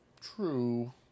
True